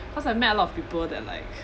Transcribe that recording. cause I met a lot of people that are like